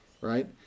right